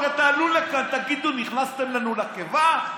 הרי תעלו לכאן ותגידו: נכנסתם לנו לקיבה,